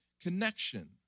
connection